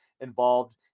involved